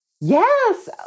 Yes